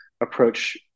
approach